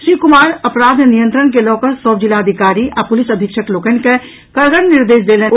श्री कुमार अपराध नियंत्रण के लऽ कऽ सभ जिलाधिकारी आ प्रलिस अधीक्षक लोकनि के कड़गड़ निर्देश देलनि अछि